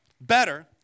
better